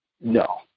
No